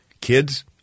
kids